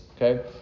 okay